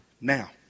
now